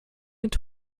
mit